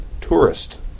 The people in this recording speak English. tourist